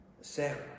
Sarah